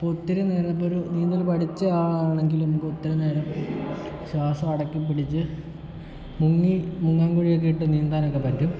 ഒത്തിരി നേരം ഇപ്പോൾ ഒരു നീന്തൽ പഠിച്ച ആൾ ആണെങ്കിലും ഒത്തിരി നേരം ശ്വാസം അടക്കിപ്പിടിച്ച് മുങ്ങി മുങ്ങാങ്കുഴി ഒക്കെ ഇട്ട് നീന്താൻ ഒക്കെ പറ്റും